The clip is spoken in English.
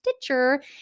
Stitcher